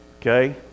Okay